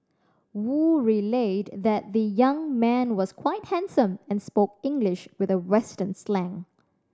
Wu relayed that the young man was quite handsome and spoke English with a western slang